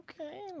okay